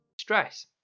Stress